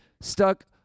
stuck